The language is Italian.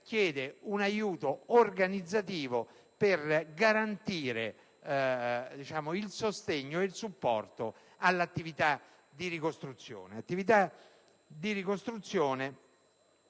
chiede un aiuto organizzativo per garantire il sostegno e il supporto all'attività di ricostruzione;